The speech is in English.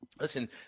listen